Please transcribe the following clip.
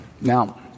Now